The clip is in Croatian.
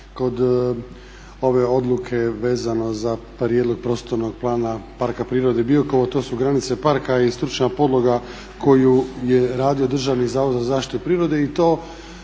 kod ove odluke vezane za prostornog plana Parka prirode Biokovo, to su granice parka i stručna podloga koju je radio Državni zavod za zaštitu prirode i to